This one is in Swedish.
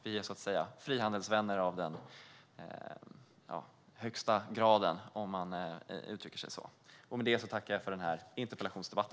Vi är frihandelsvänner av den högsta graden, om man uttrycker sig så. Med detta tackar jag för denna interpellationsdebatt!